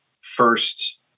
First